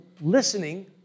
listening